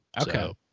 Okay